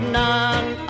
none